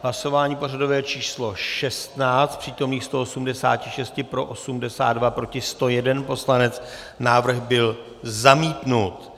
V hlasování pořadové číslo 16 z přítomných 186 pro 82, proti 101 poslanec, návrh byl zamítnut.